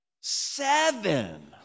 seven